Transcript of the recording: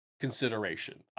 consideration